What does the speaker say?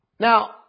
Now